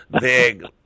big